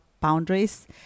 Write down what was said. boundaries